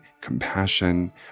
compassion